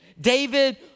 David